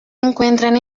encuentran